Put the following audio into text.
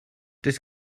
does